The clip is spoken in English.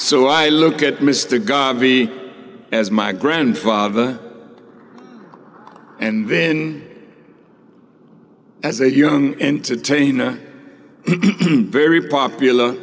so i look at mr garvey as my grandfather and then as a young entertainer very popular